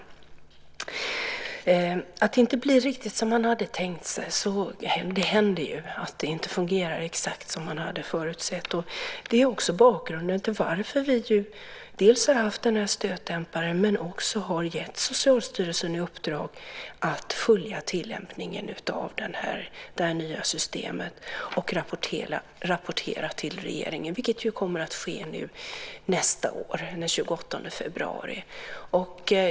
Det händer ju att det inte blir riktigt som man hade tänkt sig och att det inte fungerar exakt som man hade förutsett. Det är också bakgrunden till varför vi har haft den här stötdämparen, och vi har också gett Socialstyrelsen i uppdrag att följa tillämpningen av det här nya systemet och rapportera till regeringen. Det kommer att ske den 28 februari nästa år.